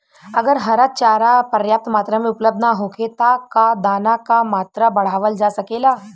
अगर हरा चारा पर्याप्त मात्रा में उपलब्ध ना होखे त का दाना क मात्रा बढ़ावल जा सकेला?